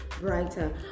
brighter